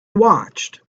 watched